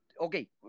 Okay